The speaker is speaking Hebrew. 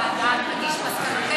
איזה --- מתי הוועדה תגיש את מסקנותיה?